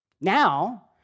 Now